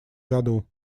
году